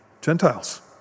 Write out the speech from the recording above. Gentiles